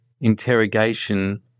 interrogation